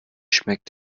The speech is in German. schmeckt